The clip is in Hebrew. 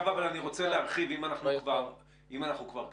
אם אנחנו כבר כאן,